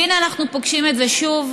והינה אנחנו פוגשים את זה שוב,